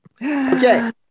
Okay